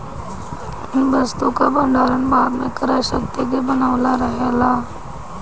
वस्तु कअ भण्डारण बाद में क्रय शक्ति के बनवले रहेला